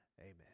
Amen